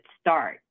start